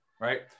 right